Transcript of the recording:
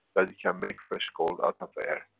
that we can make fresh gold out of air,